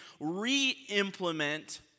re-implement